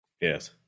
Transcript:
yes